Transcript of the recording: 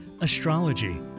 astrology